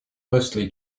mostly